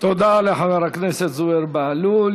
תודה לחבר הכנסת זוהיר בהלול.